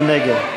מי נגד?